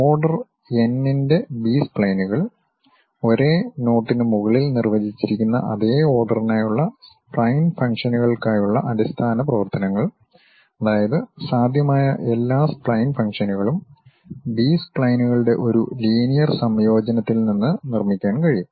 order n ന്റെ ബി സ്പ്ലൈനുകൾ ഒരേ നോട്ടിന് മുകളിൽ നിർവചിച്ചിരിക്കുന്ന അതേ ഓർഡറിനായുള്ള സ്പ്ലൈൻ ഫംഗ്ഷനുകൾക്കായുള്ള അടിസ്ഥാന പ്രവർത്തനങ്ങൾ അതായത് സാധ്യമായ എല്ലാ സ്പ്ലൈൻ ഫംഗ്ഷനുകളും ബി സ്പ്ലൈനുകളുടെ ഒരു ലീനിയർ സംയോജനത്തിൽ നിന്ന് നിർമ്മിക്കാൻ കഴിയും